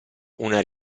una